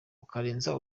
ukarenza